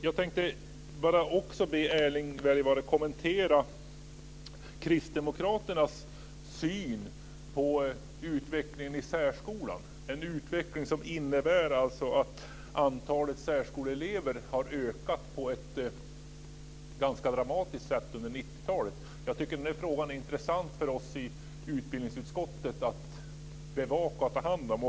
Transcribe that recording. Jag vill också be Erling Wälivaara kommentera kristdemokraternas syn på utvecklingen i särskolan, en utveckling som innebär att antalet särskoleelever har ökat på ett dramatiskt sätt under 90-talet. Jag tycker att denna fråga är intressant för oss i utbildningsutskottet att bevaka och ta hand om.